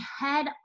head